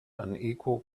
unequal